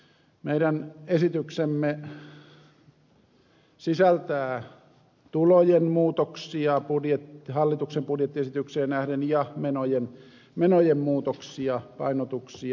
meidän esityksemme sisältää tulojen muutoksia hallituksen budjettiesitykseen nähden ja menojen muutoksia painotuksia